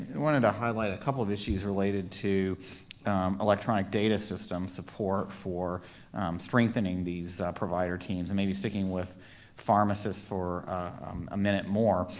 wanted to highlight a couple of issues related to electronic data system support for strengthening these provider teams and maybe sticking with pharmacists for a minute more.